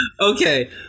okay